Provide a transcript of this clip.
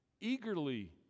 eagerly